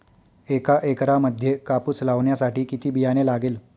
एका एकरामध्ये कापूस लावण्यासाठी किती बियाणे लागेल?